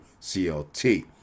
clt